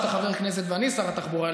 כשאתה חבר כנסת ואני שר התחבורה,